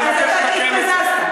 אני מבקש לתקן את זה.